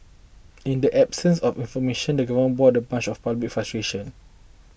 in the absence of information the government bore the brunt of public frustration